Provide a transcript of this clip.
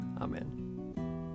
Amen